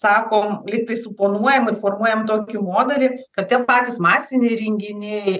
sakom lyg tai suponuojam irformuojam tokiu modelį kad tie patys masiniai renginiai